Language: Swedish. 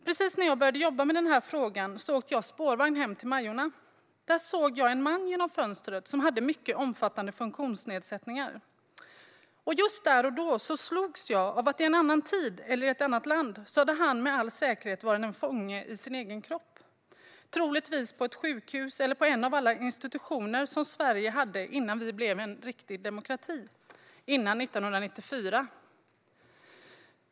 Precis när jag började jobba med den här frågan åkte jag spårvagn hem till Majorna. Genom fönstret såg jag en man som hade mycket omfattande funktionsnedsättningar. Just där och då slogs jag av att han i en annan tid eller i ett annat land med all säkerhet hade varit en fånge i sin egen kropp, troligtvis på ett sjukhus eller på en av alla institutioner som Sverige hade innan vi blev en riktig demokrati - före 1994.